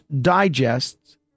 digests